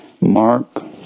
Mark